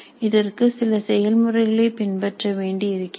இதற்கு சில செயல்முறைகளைப் பின்பற்ற வேண்டி இருக்கிறது